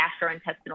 gastrointestinal